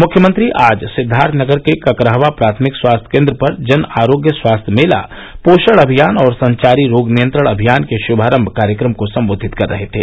मुख्यमंत्री आज सिद्धार्थनगर के ककरहवा प्राथमिक स्वास्थ्य केन्द्र पर जन आरोग्य स्वास्थ्य मेला पोषण अभियान और संचारी रोग नियंत्रण अभियान के शुभारम्भ कार्यक्रम को सम्वोधित कर रहे थे